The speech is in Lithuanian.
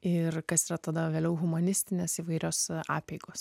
ir kas yra tada vėliau humanistinės įvairios apeigos